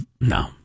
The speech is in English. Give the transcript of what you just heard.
No